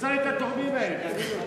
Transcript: תמצא לי את התורמים האלה, תביא לי אותם.